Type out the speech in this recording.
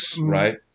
Right